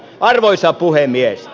arvoisa puhemies